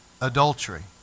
Adultery